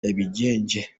yabigenje